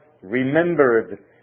remembered